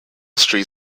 street